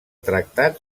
tractat